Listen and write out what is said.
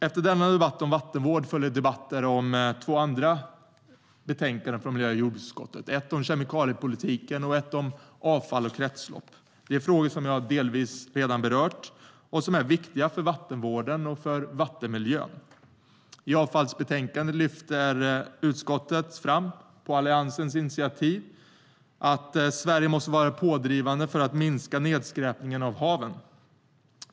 Efter denna debatt om vattenvård följer debatter om två andra betänkanden från miljö och jordbruksutskottet, ett om kemikaliepolitiken och ett om avfall och kretslopp. Det är frågor som jag delvis redan berört och som är viktiga för vattenvården och för vattenmiljön. I avfallsbetänkandet lyfter utskottet fram, på Alliansens initiativ, att Sverige måste vara pådrivande för att minska nedskräpningen av haven.